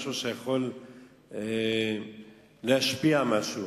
משהו שיכול להשפיע משהו.